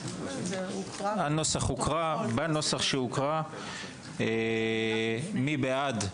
הצבעה בנוסח שהוקרא, מי בעד?